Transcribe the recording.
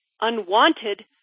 unwanted